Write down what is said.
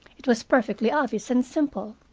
it was perfectly obvious and simple.